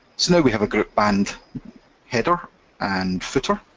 so now we have a group band header and footer,